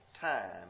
time